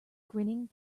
grinning